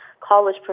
college